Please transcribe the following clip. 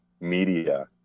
media